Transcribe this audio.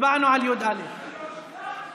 יהדות התורה לסעיף